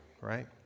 right